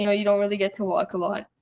you know you don't really get to walk a lot.